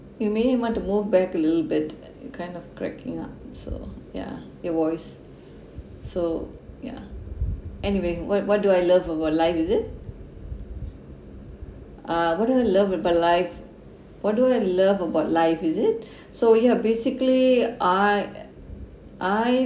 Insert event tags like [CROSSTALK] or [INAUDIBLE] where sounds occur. you may want to move back a little bit but it kind of cracking up so ya your voice [BREATH] so ya anyway what what do I love about life is it ah what do I love about life what do I love about life is it [BREATH] so ya basically I I